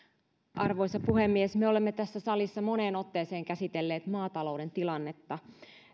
arvoisa puhemies me olemme tässä salissa moneen otteeseen käsitelleet maatalouden tilannetta